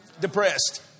Depressed